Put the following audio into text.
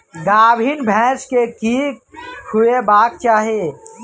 गाभीन भैंस केँ की खुएबाक चाहि?